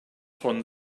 von